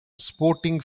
sporting